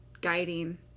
guiding